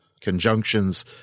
Conjunctions